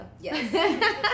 Yes